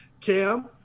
Cam